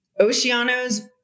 Oceanos